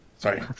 Sorry